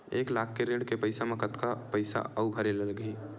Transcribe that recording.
एक लाख के ऋण के पईसा म कतका पईसा आऊ भरे ला लगही?